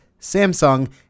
Samsung